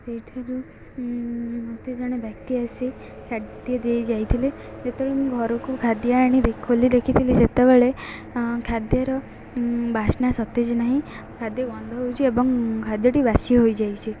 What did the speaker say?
ସେଇଠାରୁ ମୋତେ ଜଣେ ବ୍ୟକ୍ତି ଆସି ଖାଦ୍ୟ ଦେଇ ଯାଇଥିଲେ ଯେତେବେଳେ ମୁଁ ଘରକୁ ଖାଦ୍ୟ ଆଣି ଖୋଲି ଦେଖିଥିଲି ସେତେବେଳେ ଖାଦ୍ୟର ବାସ୍ନା ସତେଜ ନାହିଁ ଖାଦ୍ୟ ଗନ୍ଧ ହେଉଛିି ଏବଂ ଖାଦ୍ୟଟି ବାସି ହୋଇଯାଇଛି